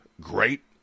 great